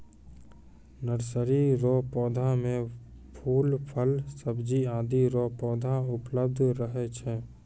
nursery रो पौधा मे फूल, फल, सब्जी आदि रो पौधा उपलब्ध रहै छै